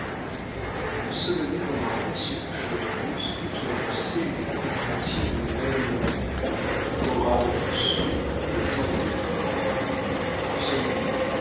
suède solonet remarqua ce jeu de muscles qui annonçait la contraction d'une haine mortelle orage sourd et sans éclair en ce moment